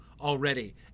already